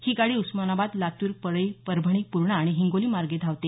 ही गाडी उस्मानाबाद लातूर परळी परभणी पूर्णा आणि हिंगोली मार्गे धावते